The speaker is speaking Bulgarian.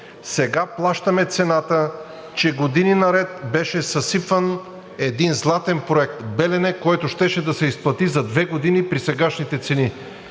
сега плащаме цената, че години наред беше съсипван един златен проект „Белене“, която щеше да се изплати за две години при сегашните цени,